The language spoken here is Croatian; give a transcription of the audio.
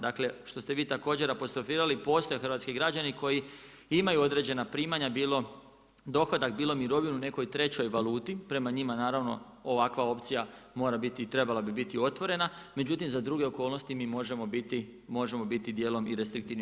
Dakle, što ste vi također apostrofirali, postoje hrvatski građani koji imaju određeni primanja bilo dohodak, bilo mirovinu u nekoj trećoj valuti, prema njima naravno, ovakva opcija mora biti i trebala bi biti otvorena, međutim za druge okolnosti mi možemo biti dijelom i restriktivniji.